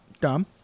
Dumb